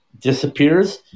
disappears